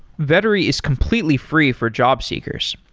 vettery is completely free for jobseekers.